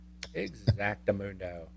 Exactamundo